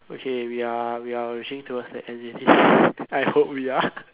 okay we are we are reaching towards the end already I hope we are